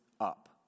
up